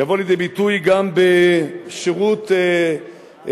יבוא לידי ביטוי גם בשירות חובה,